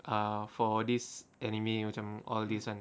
ah for this anime macam all these [one]